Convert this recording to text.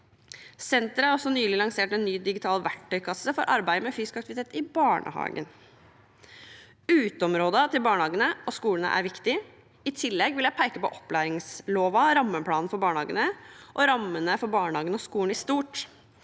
Senteret har også nylig lansert en ny digital verktøykasse for arbeidet med fysisk aktivitet i barnehagen. Uteområdene til barnehagene og skolene er viktig. I tillegg vil jeg peke på opplæringsloven, rammeplanen for barnehagen og rammene for barnehager og skoler i stort.